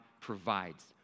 provides